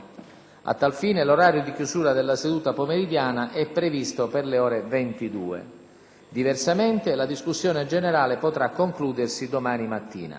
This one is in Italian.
A tal fine l'orario di chiusura della seduta pomeridiana è previsto per le ore 22. Diversamente, la discussione generale potrà concludersi domani mattina.